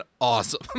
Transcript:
awesome